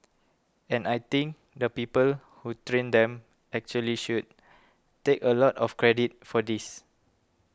and I think the people who trained them actually should take a lot of credit for this